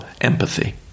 empathy